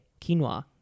quinoa